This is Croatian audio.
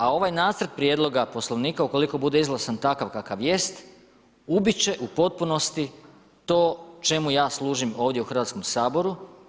A ovaj nacrt prijedloga Poslovnika, ukoliko bude izglasan takav kakav jest, ubiti će u potpunosti to čemu ja služim ovdje u Hrvatskom saboru.